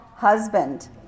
husband